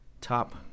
top